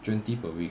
twenty per week